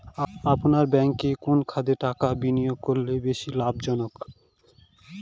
আপনার ব্যাংকে কোন খাতে টাকা বিনিয়োগ করলে বেশি লাভজনক?